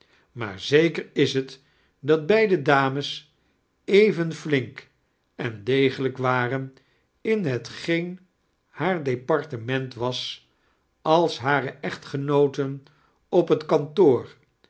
maar zeker ia t dat beide damee even flink en degelijk waren in hetgeen haar departement wasi als hare ec mgenooten op het kantoor